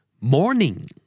Morning